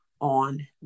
on